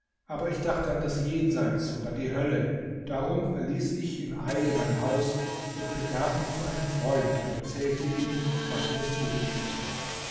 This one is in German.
aber ich dachte an das jenseits und an die hölle darum verließ ich in eile mein haus und begab mich zu einem freund und erzählte ihm was mir zugestoßen